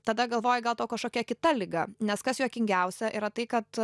tada galvoji gal tau kažkokia kita liga nes kas juokingiausia yra tai kad